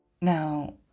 Now